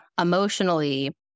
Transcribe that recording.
emotionally